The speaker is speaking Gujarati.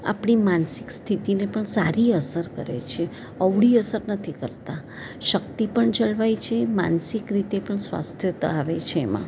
આપણી માનસિક સ્થિતિને પણ સારી અસર કરે છે અવળી અસર નથી કરતાં શક્તિ પણ જળવાય છે માનસિક રીતે પણ સ્વાસ્થ્યતા આવે છે એમાં